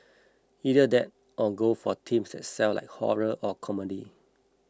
either that or go for themes that sell like horror or comedy